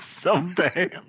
someday